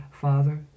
father